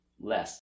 less